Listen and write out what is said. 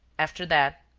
after that,